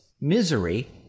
misery